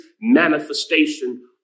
manifestation